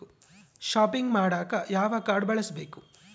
Shopping ಮಾಡಾಕ ಯಾವ card ಬಳಸಬೇಕು?